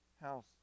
house